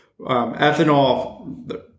ethanol